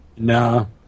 No